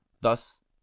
Thus